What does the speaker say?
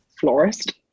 florist